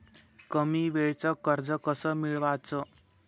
कमी वेळचं कर्ज कस मिळवाचं?